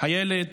הילד